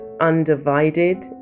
undivided